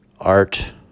art